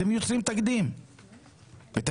אתם יוצרים תקדים מסוכן.